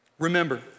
Remember